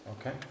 okay